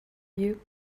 you